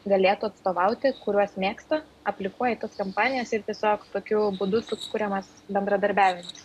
galėtų atstovauti kuriuos mėgsta aplikuoja į tas kampanijas ir tiesiog kokiu būdu sukuriamas bendradarbiavimas